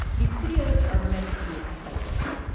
these videos are meant to be exciting,